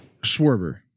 Schwerber